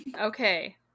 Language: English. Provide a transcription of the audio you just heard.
Okay